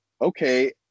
okay